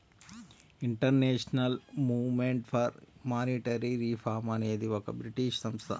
international movement for monetary reform అనేది ఒక British సంస్థ